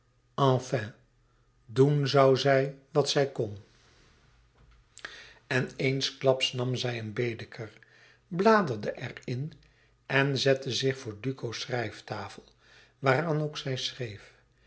enfin doen zoû zij wat zij kon en eensklaps nam zij een baedeker bladerde er in en zette zich voor duco's schrijftafel waaraan ook zij schreef